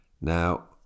Now